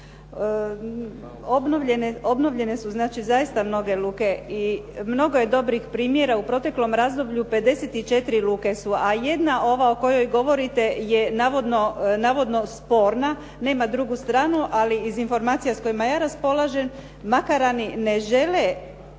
obnovljene su znači zaista mnoge luke i mnogo je dobrih primjera, u proteklom razdoblju 54 luke su a jedna ova o kojoj govorite je navodno sporna, nema drugu stranu ali iz informacija kojima ja raspolažem Makarani ne žele